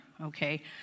okay